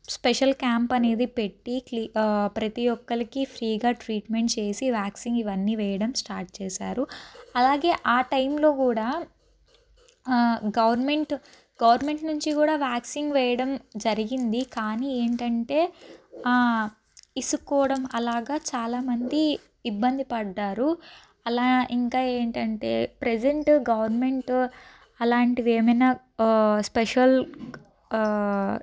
special camp అనేది పెట్టి క్లి ప్రతి ఒక్కరికి ఫ్రీగా ట్రీట్మెంట్ చేసి వ్యాక్సిన్ ఇవన్నీ వేయడం స్టార్ట్ చేశారు అలాగే ఆ టైంలో కూడా గవర్నమెంట్ గవర్నమెంట్ నుంచి కూడా వ్యాక్సిన్ వేయడం జరిగింది కానీ ఏంటంటే విసుక్కోవడం అలాగా చాలామంది ఇబ్బంది పడ్డారు అలా ఇంకా ఏంటంటే ప్రెసెంట్ గవర్నమెంట్ అలాంటివి ఏమైనా స్పెషల్